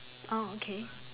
oh okay